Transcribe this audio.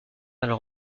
alors